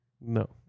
No